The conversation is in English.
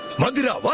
munda